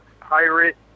Pirate